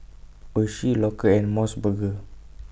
Oishi Loacker and Mos Burger